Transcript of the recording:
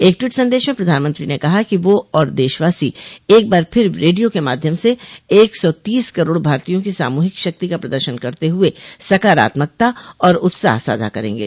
एक ट्वीट संदेश में प्रधानमंत्री ने कहा कि वह और देशवासी एक बार फिर रेडियो के माध्यम से एक सौ तीस करोड़ भारतीयों की सामूहिक शक्ति का प्रदर्शन करते हुए सकारात्मकता और उत्साह साझा करेंगे